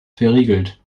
verriegelt